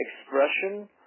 expression